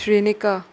श्रनिका